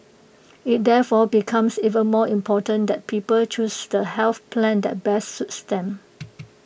IT therefore becomes even more important that people choose the health plan that best suits them